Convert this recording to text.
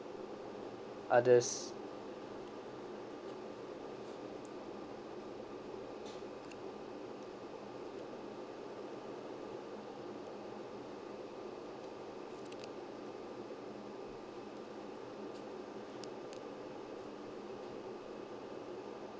others